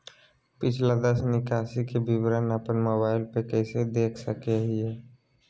पिछला दस निकासी के विवरण अपन मोबाईल पे कैसे देख सके हियई?